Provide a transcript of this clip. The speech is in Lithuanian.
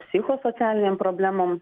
psichosocialinėm problemom